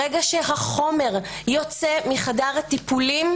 ברגע שהחומר יוצא מחדר הטיפולים,